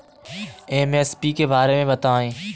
MSP के बारे में बतायें?